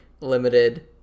limited